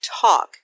TALK